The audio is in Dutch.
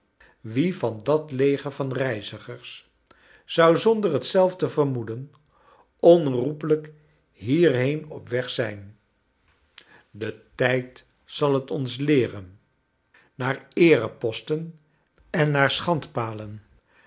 wie van dat leger van reizigers zou zondcr charles dickens bet zelf te vernioeden onherroepelijk hierheen op weg zijn de tijd zal het ons leeren naar eereposten en naar